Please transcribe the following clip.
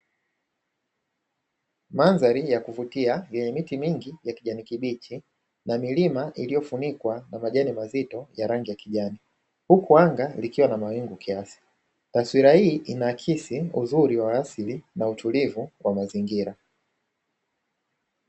Mandhari ya kuvutia yenye miti mingi ya kijani kibichi, na milima iliyofunikwa na majani mazito ya rangi ya kijani, huku anga likiwa na mawingu kiasi. Taswira hii inaakisi uzuri wa asili na utulivu kwa mazingira.